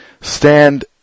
stand